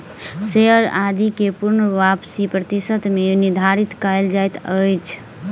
share आदि के पूर्ण वापसी प्रतिशत मे निर्धारित कयल जाइत अछि